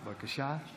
בבקשה.